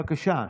בבקשה.